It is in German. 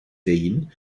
wien